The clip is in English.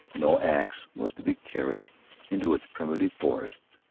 no ax was to be carried into its primitive forests,